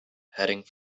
heading